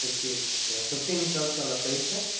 fifteens okay fifteen ஃப்ளவர்ஸ்ஸோட price sir